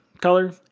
color